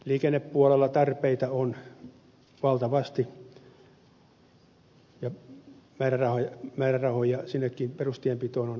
liikennepuolella tarpeita on valtavasti ja määrärahoja sinnekin perustienpitoon on osoitettu